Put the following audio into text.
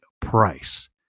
price